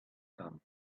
come